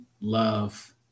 love